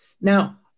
Now